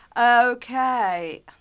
Okay